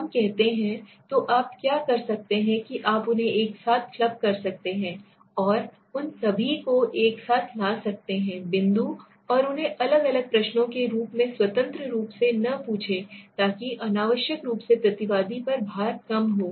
हम कहते हैं तो आप क्या कर सकते हैं कि आप उन्हें एक साथ क्लब कर सकते हैं और उन सभी को एक साथ ला सकते हैं बिंदु और उन्हें अलग अलग प्रश्नों के रूप में स्वतंत्र रूप से न पूछें ताकि अनावश्यक रूप से प्रतिवादी पर भार कम हो